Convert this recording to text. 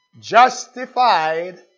Justified